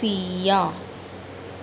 Siya